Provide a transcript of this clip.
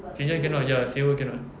cik jah cannot ya sewa cannot